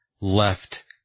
left